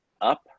up